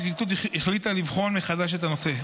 הפרקליטות החליטה לבחון מחדש את הנושא.